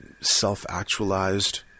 self-actualized